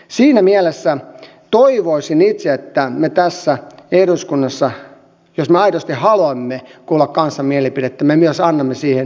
siinä mielessä toivoisin itse että jos me tässä eduskunnassa aidosti haluamme kuulla kansan mielipidettä me myös annamme siihen heille mahdollisuuden